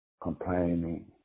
complaining